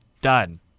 done